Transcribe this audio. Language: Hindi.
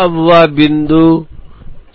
अब वह बिंदु